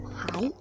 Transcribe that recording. hi